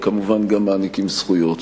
אבל גם מעניקים זכויות.